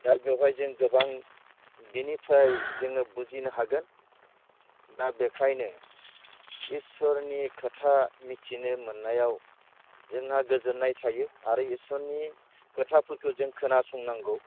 दा बेवहाय जों गोबां बेनिफ्राय जोङो बुजिनो हागोन दा बेखायनो इसोरनि खोथा मिथिनो मोननायाव जोंहा गोजोननाय थायो आरो इसोरनि खोथाफोरखौ जों खोनासंनांगौ